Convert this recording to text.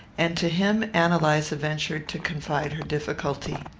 and to him ann eliza ventured to confide her difficulty.